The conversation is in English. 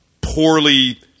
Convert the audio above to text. poorly